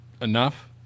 enough